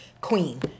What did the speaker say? Queen